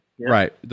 right